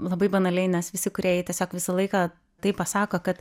labai banaliai nes visi kūrėjai tiesiog visą laiką taip pasako kad